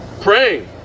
Praying